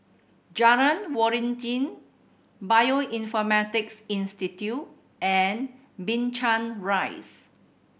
Jalan Waringin Bioinformatics Institute and Binchang Rise